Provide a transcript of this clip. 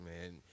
man